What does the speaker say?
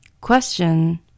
Question